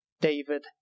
David